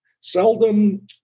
seldom